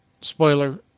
spoiler